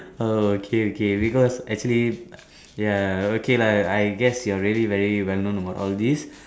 oh okay okay because actually ya okay lah I guess you are really very well known about all this